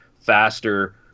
faster